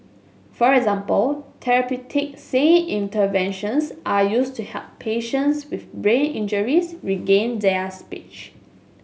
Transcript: for example therapeutic singing interventions are used to help patients with brain injuries regain their speech